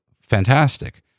Fantastic